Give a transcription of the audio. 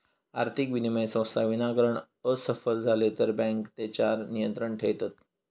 आर्थिक विनिमय संस्था विनाकारण असफल झाले तर बँके तेच्यार नियंत्रण ठेयतत